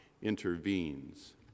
intervenes